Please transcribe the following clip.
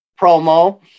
promo